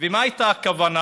ומה הייתה הכוונה?